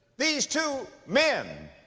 these two men,